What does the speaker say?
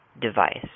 device